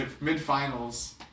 mid-finals